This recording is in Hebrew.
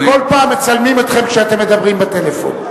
כל פעם מצלמים אתכם כשאתם מדברים בטלפון.